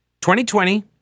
2020